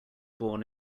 born